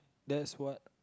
that's what